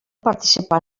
participar